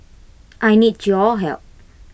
I need your help